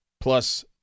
plus